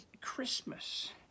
Christmas